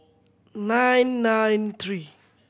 nine nine three